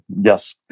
yes